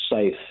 safe